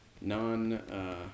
non